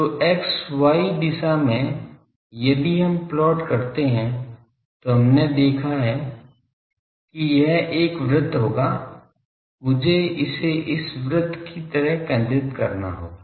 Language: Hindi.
तो x y दिशा में यदि हम प्लॉट करते हैं तो हमने देखा है कि यह एक वृत होगा मुझे इसे इस वृत की तरह केन्द्रित करना होगा